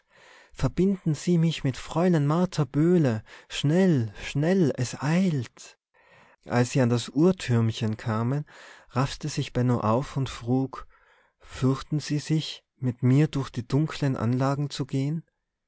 verbinden sie mich mit fräulein martha böhle schnell schnell es eilt als sie an das uhrtürmchen kamen raffte sich benno auf und frug fürchten sie sich mit mir durch die dunklen anlagen zu gehen